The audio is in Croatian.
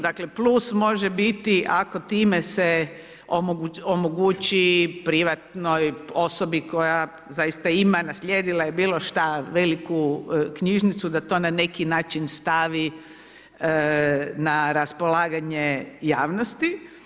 Dakle plus može biti ako time se omogući privatnoj osobi koja zaista ima, naslijedila je bilo šta, veliku knjižnicu, da to na neki način stavi na raspolaganje javnosti.